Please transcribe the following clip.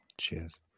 Cheers